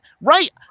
right